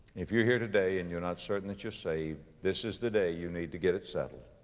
if you're here today and you're not certain that you're saved, this is the day you need to get it settled.